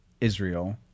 Israel